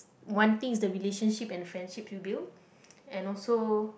one thing is the relationship and the friendships you built and also